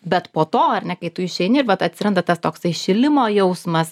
bet po to ar ne kai tu išeini ir vat atsiranda tas toksai šilimo jausmas